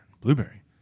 Blueberry